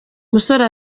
musore